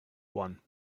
one